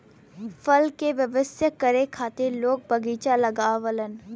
फल के व्यवसाय करे खातिर लोग बगीचा लगावलन